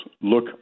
look